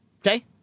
Okay